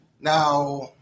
Now